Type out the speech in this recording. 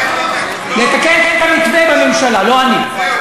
לתקן את המתווה, בממשלה, לא אני.